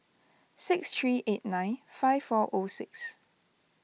six three eight nine five four O six